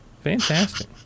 Fantastic